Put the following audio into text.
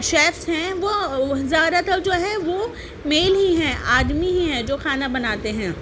chefs ہیں وہ زیادہ تر جو ہیں وہ میل ہی ہیں آدمی ہی ہیں جو کھانا بناتے ہیں